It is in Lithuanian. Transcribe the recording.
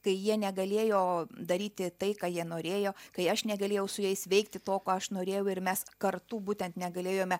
kai jie negalėjo daryti tai ką jie norėjo kai aš negalėjau su jais veikti to ko aš norėjau ir mes kartu būtent negalėjome